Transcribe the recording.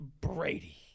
Brady